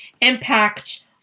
impact